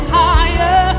higher